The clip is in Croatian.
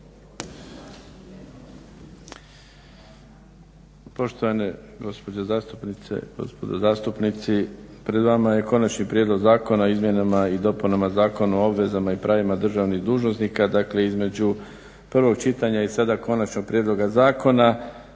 Poštovane gospođe zastupnice, gospodo zastupnici. Pred vama je Konačni prijedlog zakona o izmjenama i dopunama Zakona o obvezama i pravima državnih dužnosnika, dakle između prvog čitanja i sada konačnog prijedloga zakona